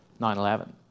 9-11